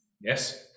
Yes